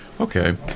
Okay